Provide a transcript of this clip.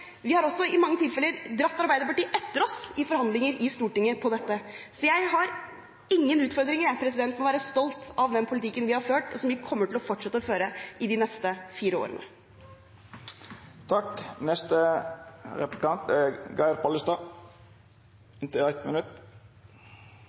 Vi har også i mange tilfeller dratt Arbeiderpartiet etter oss i forhandlinger i Stortinget på dette. Jeg har ingen utfordringer med å være stolt av den politikken vi har ført, og som vi kommer til å fortsette å føre i de neste fire årene.